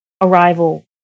arrival